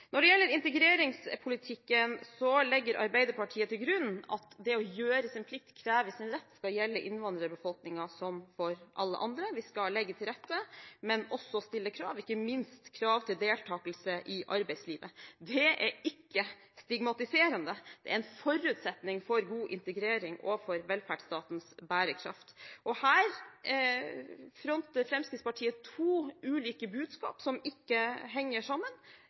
Når det gjelder integreringspolitikken, legger Arbeiderpartiet til grunn at det å gjøre sin plikt og kreve sin rett skal gjelde innvandrerbefolkningen som for alle andre. Vi skal legge til rette, men også stille krav, ikke minst krav til deltakelse i arbeidslivet. Det er ikke stigmatiserende, det er en forutsetning for god integrering og for velferdsstatens bærekraft. Og her fronter Fremskrittspartiet to ulike budskap som ikke henger sammen.